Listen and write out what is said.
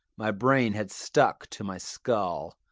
my brain had stuck to my skull.